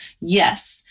yes